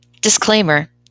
Disclaimer